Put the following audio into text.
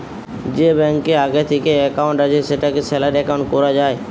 যে ব্যাংকে আগে থিকেই একাউন্ট আছে সেটাকে স্যালারি একাউন্ট কোরা যায়